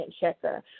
checker